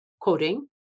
quoting